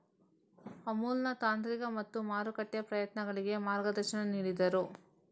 ಅಮುಲ್ನ ತಾಂತ್ರಿಕ ಮತ್ತು ಮಾರುಕಟ್ಟೆ ಪ್ರಯತ್ನಗಳಿಗೆ ಮಾರ್ಗದರ್ಶನ ನೀಡಿದರು